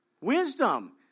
Wisdom